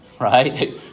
right